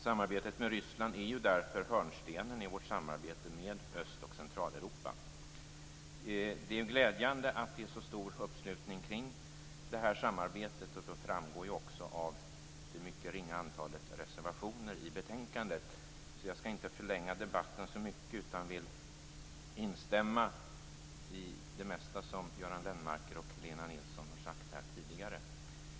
Samarbetet i Ryssland är ju hörnstenen i vårt samarbete med Östoch Centraleuropa. Det är glädjande att det är så stor uppslutning kring detta samarbete. Det framgår också av det mycket ringa antalet reservationer i betänkandet. Jag skall därför inte förlänga debatten så mycket utan vill instämma i det mesta som Göran Lennmarker och Helena Nilsson har sagt här tidigare.